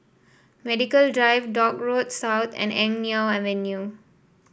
Medical Drive Dock Road South and Eng Neo Avenue